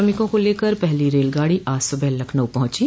श्रमिकों को लेकर पहली रेलगाडो आज सुबह लखनऊ पहुंची